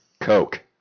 Coke